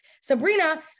Sabrina